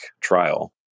trial